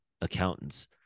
accountants